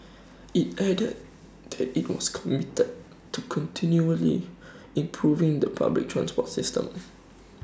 IT added that IT was committed to continually improving the public transport system